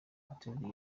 pletnyova